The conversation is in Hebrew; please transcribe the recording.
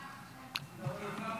כבוד היושב-ראש,